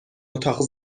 اتاق